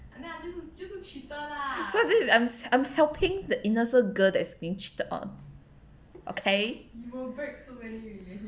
so this is I'm I'm helping the innocent girl that is being cheated on okay